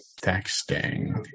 texting